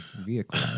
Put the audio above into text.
vehicle